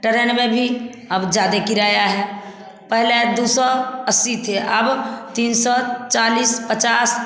train में भी अब ज़्यादा किराया है पहले दो सौ अस्सी थे अब तीन सौ चालीस पचास